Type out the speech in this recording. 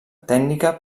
tècnica